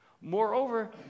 Moreover